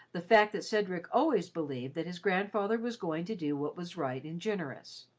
the fact that cedric always believed that his grandfather was going to do what was right and generous.